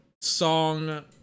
song